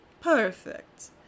Perfect